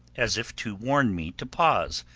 as if to warn me to pause,